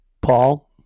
paul